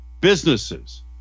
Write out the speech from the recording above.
businesses